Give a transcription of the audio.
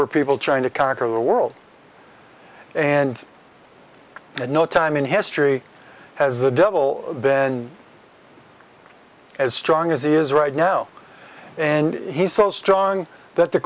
were people trying to conquer the world and at no time in history has the devil been as strong as he is right now and he's so strong that the